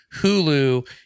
Hulu